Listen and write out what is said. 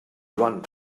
run